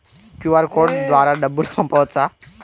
QR code ద్వారా డబ్బులు పంపవచ్చా?